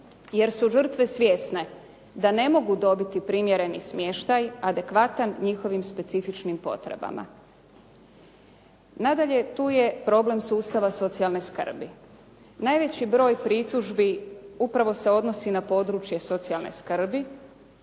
jer su žrtve svjesne da ne mogu dobiti primjereni smještaj, adekvatan njihovim specifičnim potrebama. Nadalje, tu je problem sustava socijalne skrbi. Najveći broj pritužbi upravo se odnosi na područje socijalne skrbi